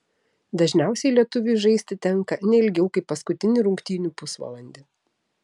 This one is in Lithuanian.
dažniausiai lietuviui žaisti tenka ne ilgiau kaip paskutinį rungtynių pusvalandį